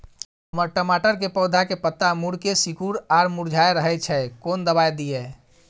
हमर टमाटर के पौधा के पत्ता मुड़के सिकुर आर मुरझाय रहै छै, कोन दबाय दिये?